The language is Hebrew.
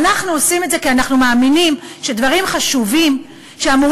אנחנו עושים את זה כי אנחנו מאמינים שדברים חשובים שאמורים